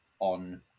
on